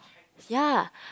ya